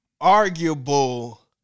arguable